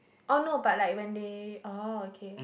or not but like when they oh okay